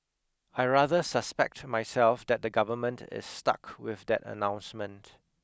I rather suspect to myself that the government is stuck with that announcement